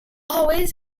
always